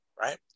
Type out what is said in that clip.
Right